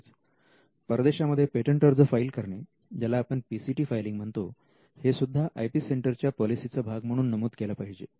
तसेच परदेशांमध्ये पेटंट अर्ज फाईल करणे ज्याला आपण PCT फायलिंग म्हणतो हेसुद्धा आय पी सेंटरच्या पॉलिसीचा भाग म्हणून नमूद केला पाहिजे